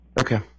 Okay